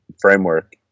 framework